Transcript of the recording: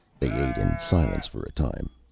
they ate in silence for a time.